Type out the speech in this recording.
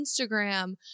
Instagram